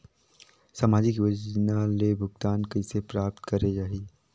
समाजिक योजना ले भुगतान कइसे प्राप्त करे जाहि?